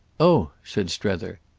oh! said strether.